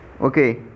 okay